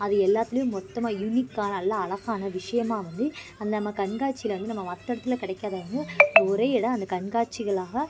அது எல்லாத்துலயும் மொத்தமாக யுனிக்காக நல்ல அழகான விஷயமாக வந்து அந்த நம்ம கண்காட்சியில் வந்து நம்ம மற்ற இடத்துல கிடைக்காதத வந்து அந்த ஒரே இடம் அந்த கண்காட்சிகளாக